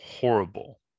horrible